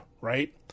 right